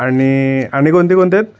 आणि आणि कोणते कोणते आहेत